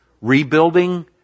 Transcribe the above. Rebuilding